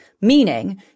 meaning